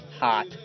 hot